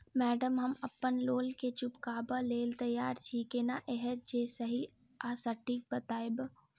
Madam हम अप्पन loan केँ चुकाबऽ लैल तैयार छी केना हएत जे सही आ सटिक बताइब?